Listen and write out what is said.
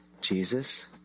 Jesus